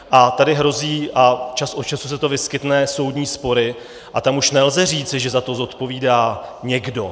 A tady hrozí, a čas od času se to vyskytne, soudní spory a tam už nelze říci, že za to zodpovídá někdo.